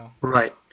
Right